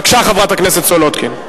בבקשה, חברת הכנסת סולודקין.